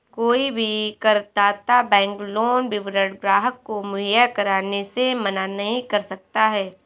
कोई भी करदाता बैंक लोन विवरण ग्राहक को मुहैया कराने से मना नहीं कर सकता है